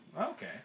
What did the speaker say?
okay